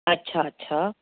अच्छा अच्छा